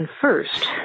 first